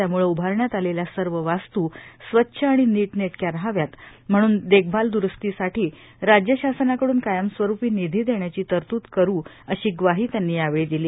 त्यामूळे उभारण्यात आलेल्या सर्व वास्तू स्वच्छ आणि नीटनेटक्या राहाव्यात म्हणून देखभाल द्रुस्तीसाठी राज्य शासनाकडून कायमस्वरूपी निधी देण्याची तरतूद करू अशी ग्वाही त्यांनी यावेळी दिली